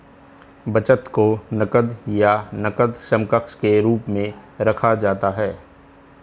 बचत को नकद या नकद समकक्ष के रूप में रखा जाता है